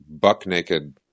buck-naked